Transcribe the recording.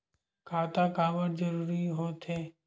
खाता काबर जरूरी हो थे?